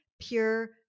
pure